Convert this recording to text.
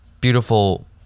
beautiful